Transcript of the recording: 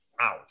out